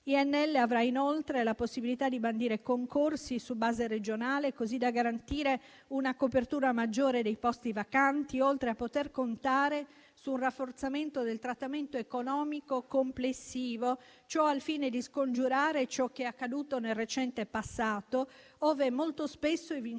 L'INL avrà inoltre la possibilità di bandire concorsi su base regionale, così da garantire una copertura maggiore dei posti vacanti, oltre a poter contare su un rafforzamento del trattamento economico complessivo; ciò al fine di scongiurare ciò che è accaduto nel recente passato, ove molto spesso i vincitori